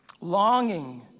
longing